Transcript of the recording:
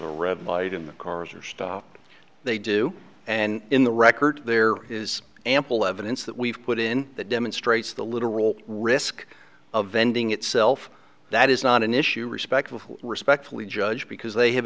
a red light in the cars or stop they do and in the record there is ample evidence that we've put in that demonstrates the literal risk of vending itself that is not an issue respectfully respectfully judge because they have